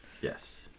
Yes